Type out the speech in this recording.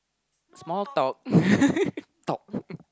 small talk talk